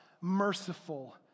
merciful